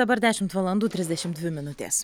dabar dešimt valandų trisdešimt dvi minutės